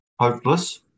hopeless